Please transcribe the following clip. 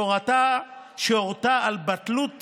ושהורתה על בטלות